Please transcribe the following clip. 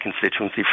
constituency